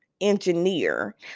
engineer